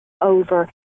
over